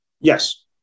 Yes